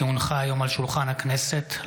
כי הונחה היום על שולחן הכנסת,